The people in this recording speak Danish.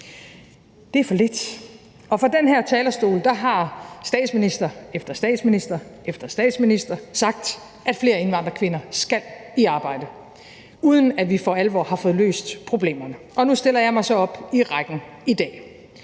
Det er for lidt. Og fra den her talerstol har statsminister efter statsminister sagt, at flere indvandrerkvinder skal i arbejde, uden at vi for alvor har fået løst problemerne. Og nu stiller jeg mig så op i rækken i dag